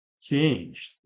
changed